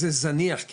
זה זניח.